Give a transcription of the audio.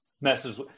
messes